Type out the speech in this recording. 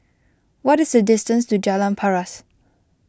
what is the distance to Jalan Paras